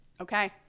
Okay